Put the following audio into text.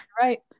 right